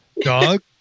dog